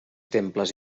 temples